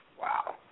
wow